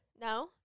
No